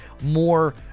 more